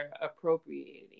appropriating